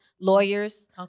lawyers